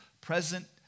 present